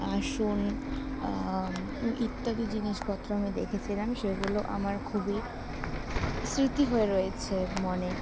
আসন ইত্যাদি জিনিসপত্র আমি দেখেছিলাম সেগুলো আমার খুবই স্মৃতি হয়ে রয়েছে মনে